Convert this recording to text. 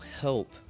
help